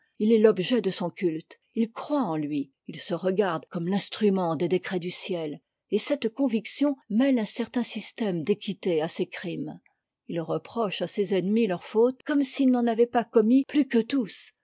il est l'objet de son culte il croit en lui il se regarde comme l'instrument des décrets du ciel et cette conviction mêle un certain système d'équité à ses crimes il reproche à ses ennemis leurs fautes comme s'il n'en avait pas commis plus qu'eux tous